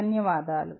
ధన్యవాదాలు